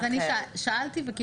אוקי, אז אני שאלתי וענית.